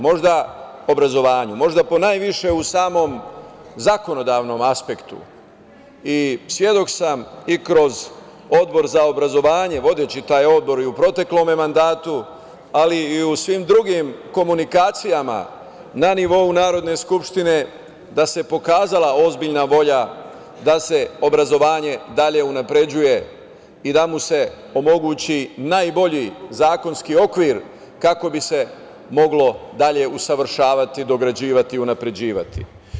Možda obrazovanju, možda najviše u samom zakonodavnom aspektu i svedok sam i kroz Odbor za obrazovanje, vodeći taj odbor i u proteklom mandatu, ali i u svim drugim komunikacijama na nivou Narodne skupštine, da se pokazala ozbiljna volja da se obrazovanje dalje unapređuje i da mu se omogući najbolji zakonski okvir kako bi se moglo dalje usavršavati, dograđivati, unapređivati.